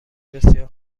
بسیار